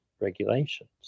regulations